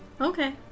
okay